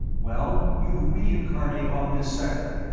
well, you'd reincarnate on this sector,